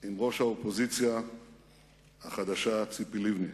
עם ראש האופוזיציה החדשה ציפי לבני.